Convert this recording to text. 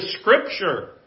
Scripture